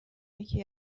یکی